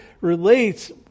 relates